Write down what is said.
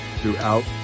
throughout